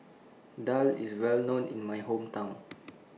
Daal IS Well known in My Hometown